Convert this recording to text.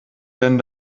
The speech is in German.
denn